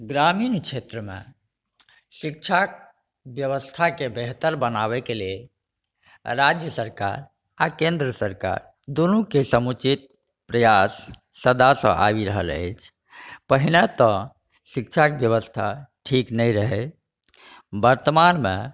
ग्रामीण क्षेत्रमे शिक्षाके बेबस्थाके बेहतर बनाबैके लेल राज्य सरकार आओर केन्द्र सरकार दुनूके समुचित प्रयास सदासँ आबि रहल अछि पहिने तऽ शिक्षाके बेबस्था ठीक नहि रहै वर्तमानमे